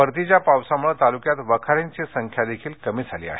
परतीच्या पावसामुळे तालुक्यात वखारींची संख्या देखील कमी झाली आहे